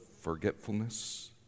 forgetfulness